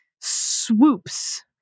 swoops